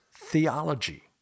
theology